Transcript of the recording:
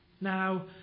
Now